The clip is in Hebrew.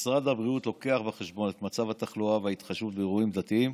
משרד הבריאות לוקח בחשבון את מצב התחלואה וההתחשבות באירועים דתיים.